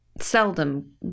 seldom